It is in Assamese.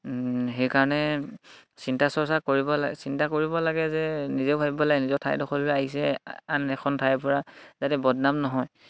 সেইকাৰণে চিন্তা চৰ্চা কৰিব লাগে চিন্তা কৰিব লাগে যে নিজেও ভাবিব লাগে নিজৰ ঠাইডখৰলৈ আহিছে আন এখন ঠাইৰ পৰা যাতে বদনাম নহয়